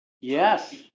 Yes